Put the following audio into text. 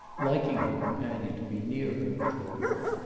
liking her companion to be near her with her work.